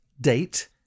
date